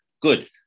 Good